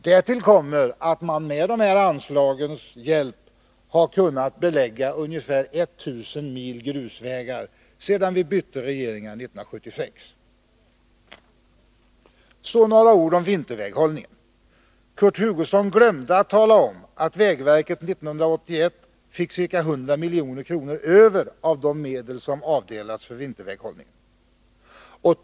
Därtill kommer att man med hjälp av dessa anslag kunnat belägga ungefär 1 000 mil grusvägar sedan vi bytte regering 1976. Så några ord om vinterväghållningen. Kurt Hugosson glömde att tala om att vägverket 1981 fick ca 100 milj.kr. över av de medel som anvisats för vinterväghållning.